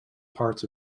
parts